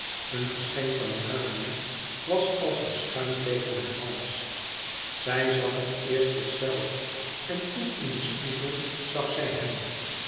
een geschenk van urania was als een schuim tegen haar hals zij zag het eerst zichzelve en toen in den spiegel zag zij hèm